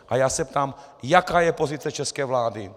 A já se ptám, jaká je pozice české vlády.